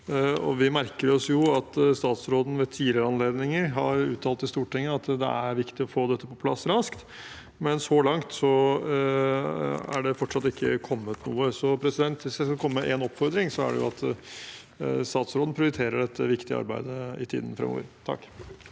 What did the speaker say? Vi merker oss at statsråden ved tidligere anledninger har uttalt til Stortinget at det er viktig å få dette raskt på plass, men så langt er det fortsatt ikke kommet noe. Så hvis jeg skal komme med en oppfordring, er det at statsråden prioriterer dette viktige arbeidet i tiden framover.